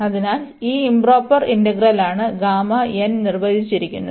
അതിനാൽ ഈ ഇoപ്രോപ്പർ ഇന്റഗ്രലാണ് ഗാമ n നിർവചിച്ചിരിക്കുന്നത്